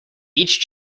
each